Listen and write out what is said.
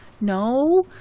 no